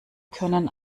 können